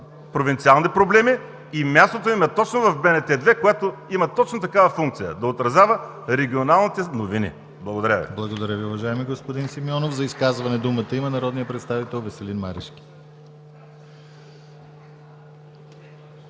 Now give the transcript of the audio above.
провинциални проблеми и мястото им е точно в БНТ 2, която има точно такава функция – да отразява регионалните новини. Благодаря Ви.